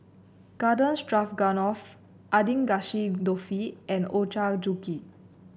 Garden Stroganoff Agedashi Dofu and Ochazuke